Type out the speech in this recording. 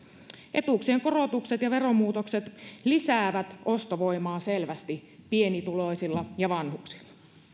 etuuksien korotukset ja veromuutokset lisäävät ostovoimaa selvästi pienituloisilla ja vanhuksilla